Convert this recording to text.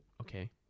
Okay